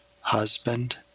husband